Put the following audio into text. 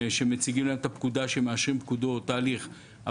שמציגים להם את הפקודה ומאשרים פקודות ותהליך,